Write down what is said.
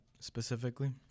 specifically